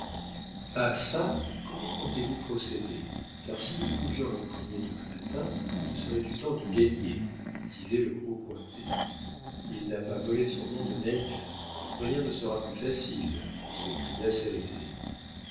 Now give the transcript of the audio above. ah çà comment comptez-vous procéder car si nous pouvions l'empoigner demain matin ce serait du temps de gagné disait le gros cointet il n'a pas volé son nom de naïf rien ne sera plus facile s'écria